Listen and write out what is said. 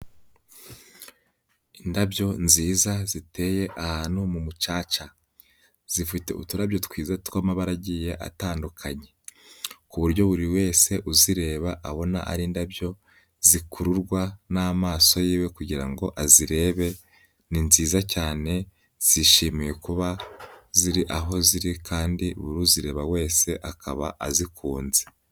Indabyo nziza ziteye ahantu mu mucaca. Zifite uturabyo twiza tw'amabara agiye atandukanye ku buryo buri wese uzireba abona ari indabyo zikururwa n'amaso yiwe kugira ngo azirebe. Ni nziza cyane zishimiwe kuba ziri aho ziri kandi uzireba wese akaba azikunze.